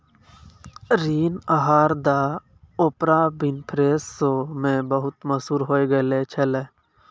ऋण आहार द ओपरा विनफ्रे शो मे बहुते मशहूर होय गैलो छलै